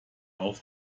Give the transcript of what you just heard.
auf